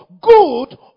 good